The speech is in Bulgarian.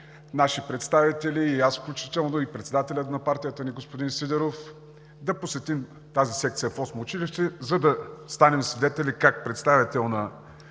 наши представители и аз включително, и председателят на партията ни господин Сидеров, да посетим тази секция в Осмо училище, за да станем свидетели как представител на